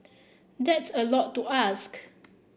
that's a lot to ask